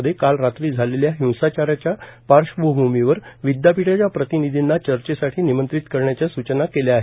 मध्ये काल रात्री झालेल्या हिंसाचाराच्या पार्श्र्वभूमीवर विद्यापीठाच्या प्रतिनिधींना चर्चेसाठी निमंत्रित करण्याच्या सूचना केल्या आहे